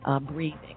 breathing